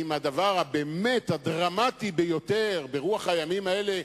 עם הדבר הדרמטי ביותר ברוח הימים האלה.